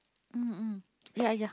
um um ya ya